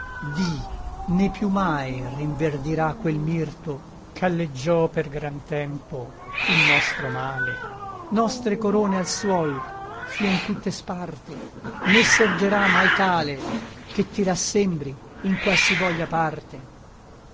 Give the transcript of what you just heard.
di né più mai rinverdirà quel mirto ch'alleggiò per gran tempo il nostro male nostre corone al suol fien tutte sparte né sorgerà mai tale che ti rassembri in qualsivoglia parte